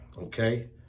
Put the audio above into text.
okay